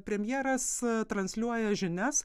premjeras transliuoja žinias